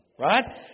Right